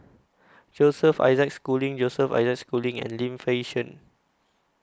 Joseph Isaac Schooling Joseph Isaac Schooling and Lim Fei Shen